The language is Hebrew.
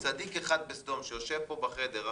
שיושב פה בחדר,